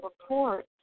report